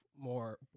more